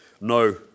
No